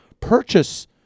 purchase